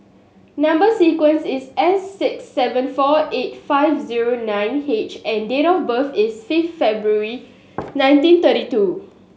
number sequence is S six seven four eight five zero nine H and date of birth is fifth February ninety thirty two